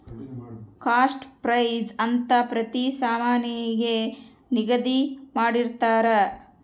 cost price ಅಂತ ಪ್ರತಿ ಸಾಮಾನಿಗೆ ನಿಗದಿ ಮಾಡಿರ್ತರ